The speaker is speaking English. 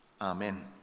Amen